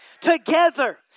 Together